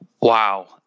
Wow